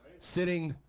sitting